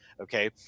Okay